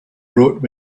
wrote